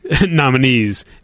nominees